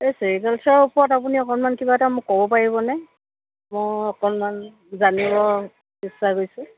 এই চেৰিকালচাৰৰ ওপৰত আপুনি অকণমান কিবা এটা মোক ক'ব পাৰিবনে মই অকণমান জানিব ইচ্ছা গৈছে